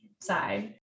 side